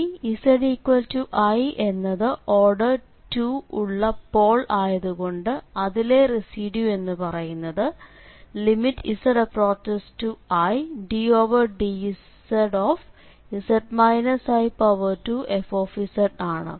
ഇനി zi എന്നത് order 2 ഉള്ള പോൾ ആയതുകൊണ്ട് അതിലെ റെസിഡ്യൂ എന്നു പറയുന്നത് z→iddz z i2fzആണ്